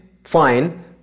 Fine